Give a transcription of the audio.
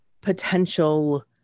potential